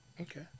Okay